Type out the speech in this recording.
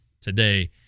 today